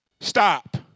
stop